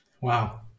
Wow